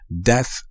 Death